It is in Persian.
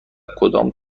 کدام